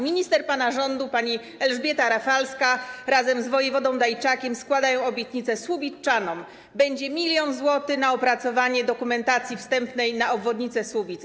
Minister pana rządu pani Elżbieta Rafalska razem z wojewodą Dajczakiem składają obietnicę słubiczanom: będzie 1 mln zł na opracowanie dokumentacji wstępnej na obwodnicę Słubic.